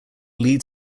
lead